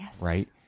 right